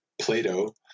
Plato